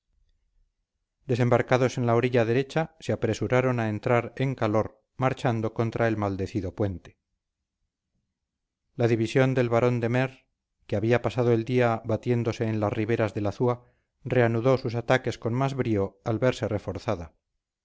desembarcados en la orilla derecha se apresuraron a entrar en calor marchando contra el maldecido puente la división del barón de meer que había pasado el día batiéndose en las riberas del azúa reanudó sus ataques con más brío al verse reforzada